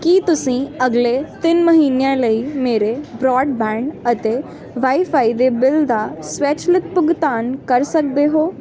ਕੀ ਤੁਸੀਂਂ ਅਗਲੇ ਤਿੰਨ ਮਹੀਨਿਆਂ ਲਈ ਮੇਰੇ ਬਰਾਡਬੈਂਡ ਅਤੇ ਵਾਈ ਫ਼ਾਈ ਦੇ ਬਿੱਲ ਦਾ ਸਵੈਚਲਿਤ ਭੁਗਤਾਨ ਕਰ ਸਕਦੇ ਹੋ